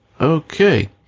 Okay